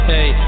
Hey